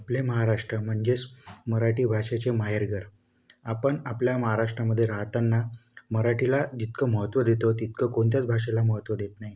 आपले महाराष्ट्र म्हणजेच मराठी भाषेचे माहेरघर आपण आपल्या महाराष्ट्रामध्ये राहताना मराठीला जितकं महत्त्व देतो तितकं कोणत्याच भाषेला महत्त्व देत नाही